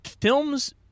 films